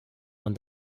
man